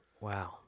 Wow